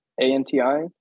anti